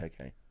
Okay